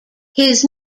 his